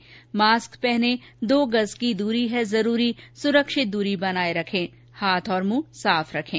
mask पहनें दो गज की दूरी है जरूरी सुरक्षित दूरी बनाए रखें हाथ और मुंह साफ रखें